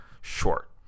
short